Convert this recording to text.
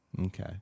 Okay